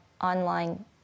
online